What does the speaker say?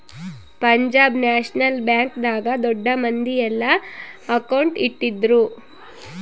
Punjab national bank ದಾಗ ದೊಡ್ಡ ಮಂದಿ ಯೆಲ್ಲ ಅಕೌಂಟ್ ಇಟ್ಟಿದ್ರು